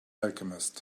alchemist